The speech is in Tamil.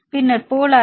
பின்னர் போலார்